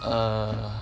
err